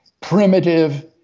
primitive